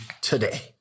today